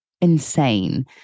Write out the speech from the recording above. insane